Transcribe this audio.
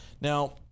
Now